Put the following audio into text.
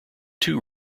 two